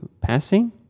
passing